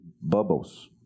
bubbles